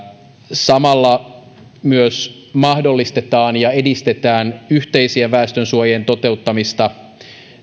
samalla myös mahdollistetaan ja edistetään yhteisten väestönsuojien toteuttamista